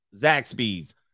Zaxby's